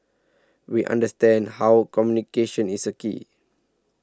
we understand how communication is a key